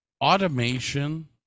automation